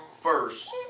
first